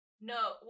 No